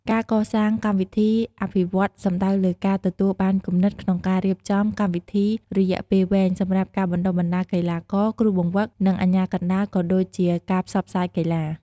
ការកសាងកម្មវិធីអភិវឌ្ឍន៍សំដៅលើការ ទទួលបានគំនិតក្នុងការរៀបចំកម្មវិធីរយៈពេលវែងសម្រាប់ការបណ្តុះបណ្តាលកីឡាករ គ្រូបង្វឹក និងអាជ្ញាកណ្តាល ក៏ដូចជាការផ្សព្វផ្សាយកីឡា។